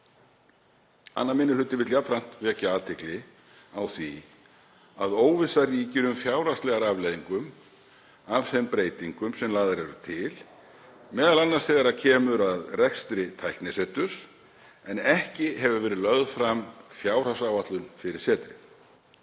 2. minni hluti jafnframt vekja athygli á því að óvissa ríkir um fjárhagslegar afleiðingar af þeim breytingum sem lagðar eru til, m.a. þegar kemur að rekstri tækniseturs, en ekki hefur verið lögð fram fjárhagsáætlun fyrir setrið.